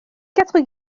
quatre